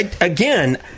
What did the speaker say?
Again